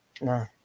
No